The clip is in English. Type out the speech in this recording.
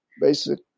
basic